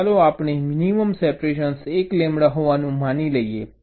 અને ચાલો આપણે મિનિમમ સેપરેશન 1 લેમ્બડા હોવાનું માની લઈએ